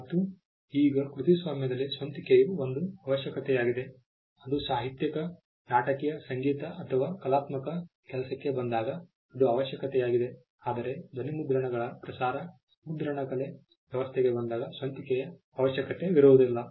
ಮತ್ತು ಈಗ ಕೃತಿಸ್ವಾಮ್ಯದಲ್ಲಿ ಸ್ವಂತಿಕೆಯು ಒಂದು ಅವಶ್ಯಕತೆಯಾಗಿದೆ ಅದು ಸಾಹಿತ್ಯಿಕ ನಾಟಕೀಯ ಸಂಗೀತ ಅಥವಾ ಕಲಾತ್ಮಕ ಕೆಲಸಕ್ಕೆ ಬಂದಾಗ ಅದು ಅವಶ್ಯಕತೆಯಾಗಿದೆ ಆದರೆ ಧ್ವನಿಮುದ್ರಣಗಳ ಪ್ರಸಾರ ಮುದ್ರಣಕಲೆಯ ವ್ಯವಸ್ಥೆಗೆ ಬಂದಾಗ ಸ್ವಂತಿಕೆಯ ಅವಶ್ಯಕತೆವಿರುವುದಿಲ್ಲ